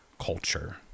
culture